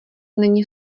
není